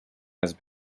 has